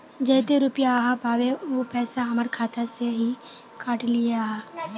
जयते रुपया आहाँ पाबे है उ पैसा हमर खाता से हि काट लिये आहाँ?